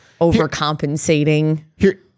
overcompensating